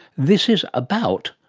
this is about,